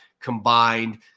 combined